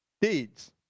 deeds